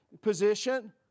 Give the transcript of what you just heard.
position